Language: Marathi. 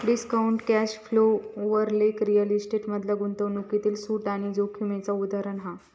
डिस्काउंटेड कॅश फ्लो वर लेख रिअल इस्टेट मधल्या गुंतवणूकीतील सूट आणि जोखीमेचा उदाहरण हा